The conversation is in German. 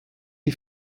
die